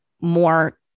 more